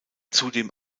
zudem